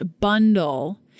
bundle